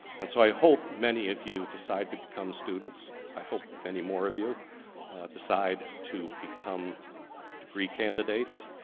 and so i hope many of you decide to become students. i hope many more of you decide to become degree candidates.